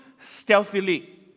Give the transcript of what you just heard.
stealthily